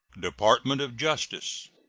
department of justice.